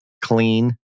Clean